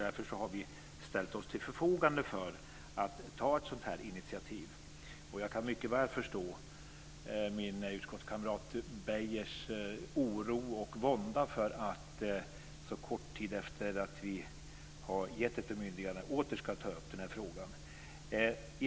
Därför har vi ställt oss till förfogande för att ta ett sådant här initiativ. Jag kan mycket väl förstå min utskottskamrat Beijers oro och vånda inför att, så kort tid efter det att vi har gett ett bemyndigande, återigen ta upp frågan.